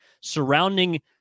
surrounding